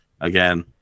again